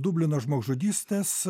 dublino žmogžudystės